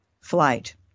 flight